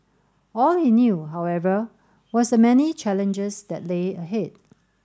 all he knew however was the many challenges that lay ahead